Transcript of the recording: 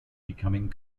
becoming